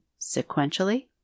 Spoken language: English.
sequentially